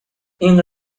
این